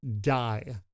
die